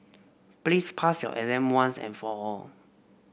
please pass your exam once and for all